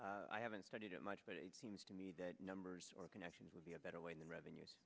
that i haven't studied it much but it seems to me that numbers or connections would be a better way than revenues